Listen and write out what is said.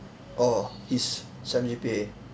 orh his sem G_P_A